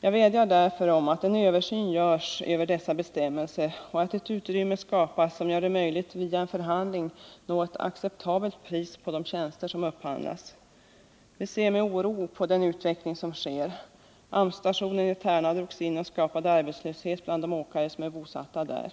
Jag vädjar därför om att man låter göra en översyn av bestämmelserna och att ett utrymme skapas som gör det möjligt att genom en förhandling nå ett acceptabelt pris på tjänster som upphandlas. Vi ser med oro på utvecklingen. AMS-stationen i Tärna drogs in, vilket skapade arbetslöshet bland de åkare som är bosatta där.